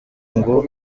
ngo